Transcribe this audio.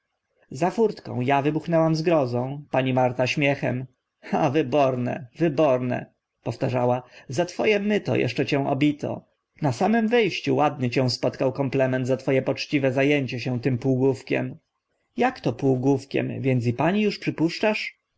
za furtką a wybuchnęłam zgrozą pani marta śmiechem a wyborne wyborne powtarzała za two e myto eszcze cię obito na samym wy ściu ładny cię spotkał komplement za two e poczciwe za ęcie się tym półgłówkiem jak to półgłówkiem więc i pani uż przypuszczasz